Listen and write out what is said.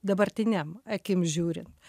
dabartinėm akim žiūrint